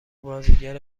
بازیگر